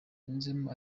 yunzemo